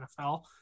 NFL